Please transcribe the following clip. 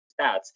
stats